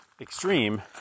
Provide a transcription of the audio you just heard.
extreme